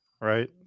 right